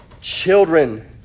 children